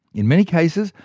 in many cases,